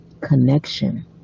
connection